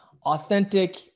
authentic